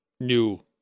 new